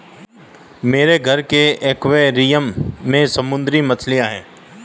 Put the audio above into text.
मेरे घर के एक्वैरियम में समुद्री मछलियां हैं